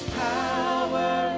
power